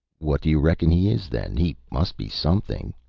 what do you reckon he is, then? he must be something.